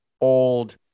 old